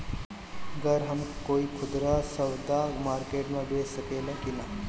गर हम कोई खुदरा सवदा मारकेट मे बेच सखेला कि न?